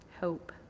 hope